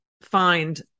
find